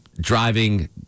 driving